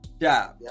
job